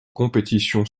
compétitions